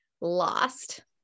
lost